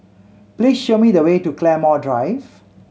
please show me the way to Claymore Drive